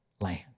land